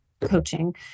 coaching